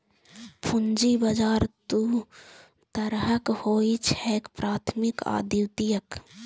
पूंजी बाजार दू तरहक होइ छैक, प्राथमिक आ द्वितीयक